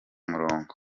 murongo